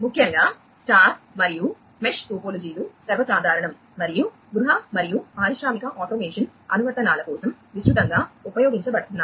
ముఖ్యంగా స్టార్ మరియు మెష్ టోపోలాజీలు సర్వసాధారణం మరియు గృహ మరియు పారిశ్రామిక ఆటోమేషన్ అనువర్తనాల కోసం విస్తృతంగా ఉపయోగించబడుతున్నాయి